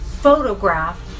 photograph